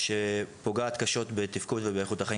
שפוגעת קשות בתפקוד ובאיכות החיים,